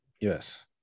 yes